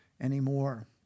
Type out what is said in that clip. anymore